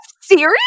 serious